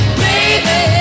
baby